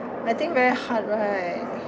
I think very hard right